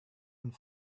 and